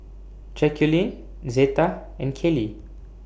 Jacqulyn Zeta and Kaley